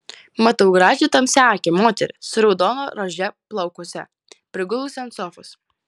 matau gražią tamsiaakę moterį su raudona rože plaukuose prigulusią ant sofos